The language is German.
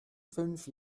fünf